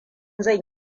zan